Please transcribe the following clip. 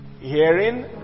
hearing